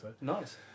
Nice